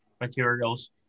materials